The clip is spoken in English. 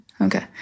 Okay